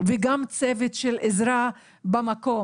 וגם צוות של עזרה במקום,